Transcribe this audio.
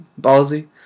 Ballsy